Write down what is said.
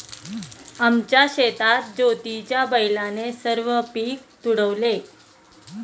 आमच्या शेतात ज्योतीच्या बैलाने सर्व पीक तुडवले